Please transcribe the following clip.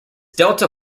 delta